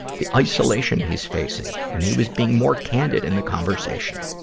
the isolation he's facing, and he was being more candid in the conversation.